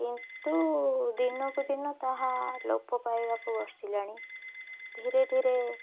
କିନ୍ତୁ ଦିନକୁ ଦିନ ତାହା ଲୋପ ପାଇବାକୁ ବସିଲେଣି ଧୀରେ ଧୀରେ